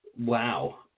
wow